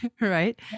right